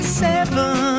seven